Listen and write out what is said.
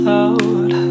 out